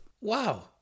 Wow